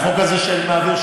והחוק הזה שאני מעביר,